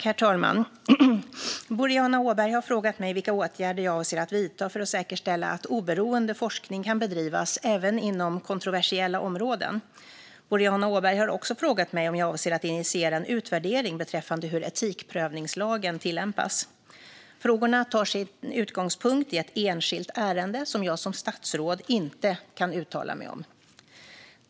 Herr talman! Boriana Åberg har frågat mig vilka åtgärder jag avser att vidta för att säkerställa att oberoende forskning kan bedrivas även inom kontroversiella områden. Boriana Åberg har också frågat mig om jag avser att initiera en utvärdering beträffande hur etikprövningslagen tillämpas. Frågorna tar sin utgångspunkt i ett enskilt ärende som jag som statsråd inte kan uttala mig om.